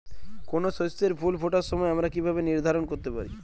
কোনো শস্যের ফুল ফোটার সময় আমরা কীভাবে নির্ধারন করতে পারি?